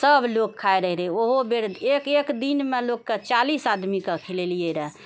सभ लोक खाइत रहै रहे ओहो बेर एक एक दिनमे लोकके चालिस आदमीके खिलेलियै रऽ